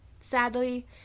sadly